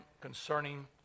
concerning